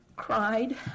cried